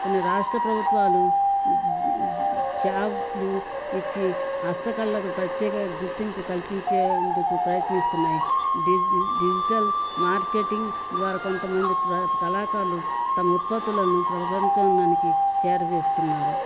కొన్ని రాష్ట్ర ప్రభుత్వాలు షాబ్లు ఇచ్చి హస్త కళ్ళలకు ప్రత్యేక గుర్తింపు కల్పించేందుకు ప్రయత్నిస్తున్నాయి డిజి డిజిటల్ మార్కెటింగ్ ద్వారా కొంతమంది కళాకారులు తమ ఉత్పత్తులను ప్రభపంచడానికి చేరవేస్తున్నారు